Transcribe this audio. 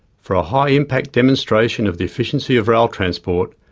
for a high impact demonstration of the efficiency of rail transport,